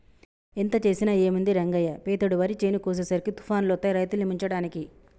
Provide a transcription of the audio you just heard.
ఎంత చేసినా ఏముంది రంగయ్య పెతేడు వరి చేను కోసేసరికి తుఫానులొత్తాయి రైతుల్ని ముంచడానికి